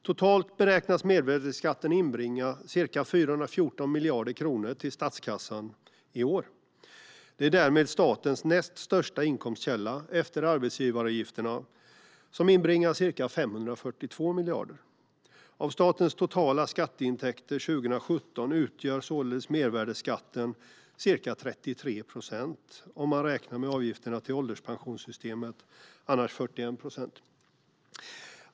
Totalt beräknas mervärdesskatten inbringa ca 414 miljarder kronor till statskassan i år. Den är därmed statens näst största inkomstkälla efter arbetsgivaravgifterna, som inbringar ca 542 miljarder. Av statens totala skatteintäkter 2017 utgör mervärdesskatten således ca 33 procent om man räknar med avgifterna till ålderspensionssystemet, annars 41 procent.